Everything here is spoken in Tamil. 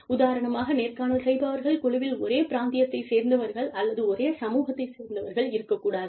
உதாரணமாக நேர்காணல் செய்பவர்கள் குழுவில் ஒரே பிராந்தியத்தைச் சேர்ந்தவர்கள் அல்லது ஒரே சமூகத்தைச் சேர்ந்தவர்கள் இருக்கக் கூடாது